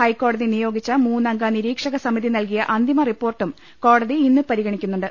ഹൈക്കോടതി നിയോഗിച്ച മൂന്നംഗ നിരീക്ഷക സമിതി നൽകിയ അന്തിമ റിപ്പോർട്ടും കോടതി ഇന്ന് പരിഗണി ക്കുന്നുണ്ട്